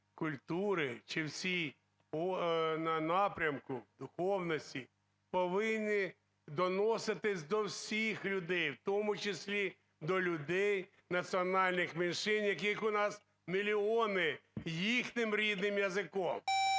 культури чи напрямку, духовності повинні доноситися до всіх людей, в тому числі до людей національних меншин, яких у нас мільйони, їхнім рідним язиком.